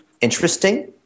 interesting